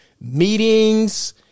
meetings